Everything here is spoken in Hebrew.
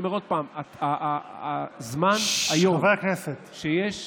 אני אומר שוב, חברי הכנסת, שקט.